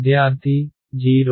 విద్యార్థి 0